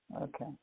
Okay